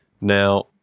now